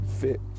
fit